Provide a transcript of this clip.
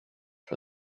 for